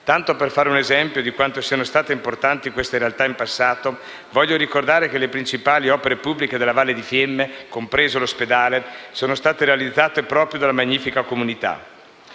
Tanto per fare un esempio di quanto siano state importanti queste realtà in passato, voglio ricordare che le principali opere pubbliche della Valle di Fiemme, compreso l'ospedale, sono state realizzate proprio dalla Magnifica comunità.